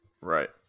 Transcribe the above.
Right